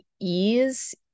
ease